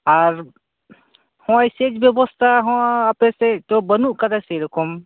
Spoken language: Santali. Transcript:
ᱟᱨ ᱦᱚᱸᱜᱼᱚᱭ ᱥᱮᱪ ᱵᱮᱵᱚᱥᱛᱟ ᱦᱚᱸ ᱟᱯᱮ ᱥᱮᱫ ᱛᱚ ᱵᱟᱹᱱᱩᱜ ᱟ ᱟᱠᱟᱫᱟ ᱥᱮ ᱨᱚᱠᱚᱢ